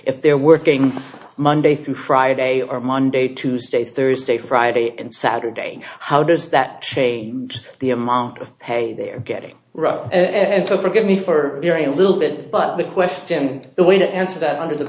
if they're working monday through friday or monday tuesday thursday friday and saturday how does that change the amount of hay they're getting rough and so forgive me for very a little bit but the question the way to answer that und